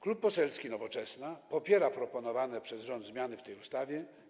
Klub Poselski Nowoczesna popiera proponowane przez rząd zmiany w tej ustawie.